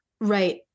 Right